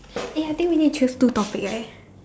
eh I think we need to choose two topic right